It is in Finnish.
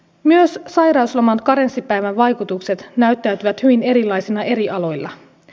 myös sairausloman karenssipäivän vaikutukset näyttäytyvät hyvin erilaisina eri aloilla